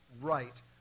right